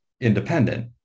independent